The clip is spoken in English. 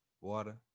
Water